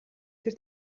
тэр